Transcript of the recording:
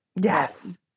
Yes